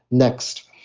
next,